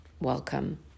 Welcome